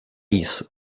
isso